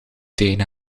tegen